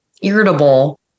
Irritable